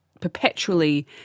perpetually